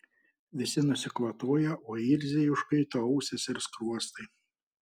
visi nusikvatojo o ilzei užkaito ausys ir skruostai